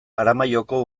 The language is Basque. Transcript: aramaioko